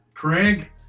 Craig